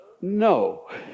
No